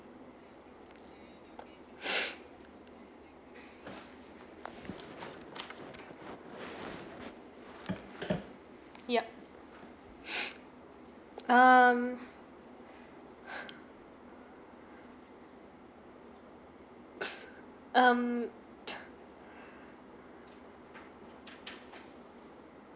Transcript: yup um um